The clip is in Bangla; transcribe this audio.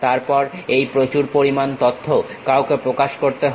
তারপর এর প্রচুর পরিমাণ তথ্য কাউকে প্রকাশ করতে হয়